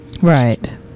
right